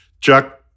Chuck